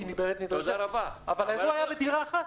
אבל הוא היה בדירה אחת.